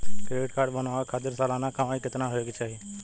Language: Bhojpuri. क्रेडिट कार्ड बनवावे खातिर सालाना कमाई कितना होए के चाही?